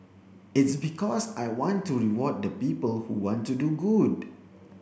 it's because I want to reward the people who want to do good